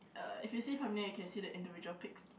uh if you see from near you can see the individual pix